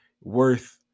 worth